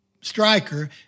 striker